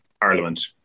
Parliament